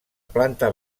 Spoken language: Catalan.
planta